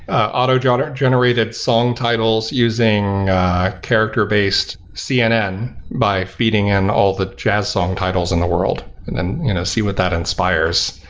ah auto generated song titles using character-based cnn by feeding in all that jazz song titles in the world and then you know see what that inspires.